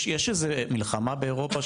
יש איזו מלחמה באירופה?